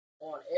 on